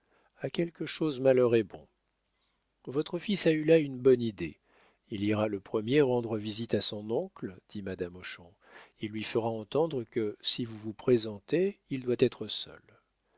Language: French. a quelque chose malheur est bon votre fils a eu là une bonne idée il ira le premier rendre visite à son oncle dit madame hochon il lui fera entendre que si vous vous présentez il doit être seul